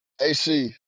AC